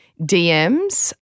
DMs